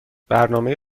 برنامه